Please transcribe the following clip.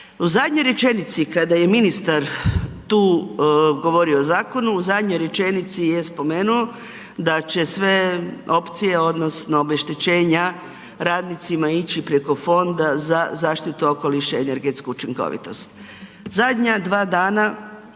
U zadnjoj rečenici kada je ministar tu govorio o zakonu, u zadnjoj rečenici je spomenuo da će sve opcije odnosno obeštećenja radnicima ići preko Fonda za zaštitu okoliša i energetsku učinkovitost. Zadnja dva dana